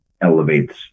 elevates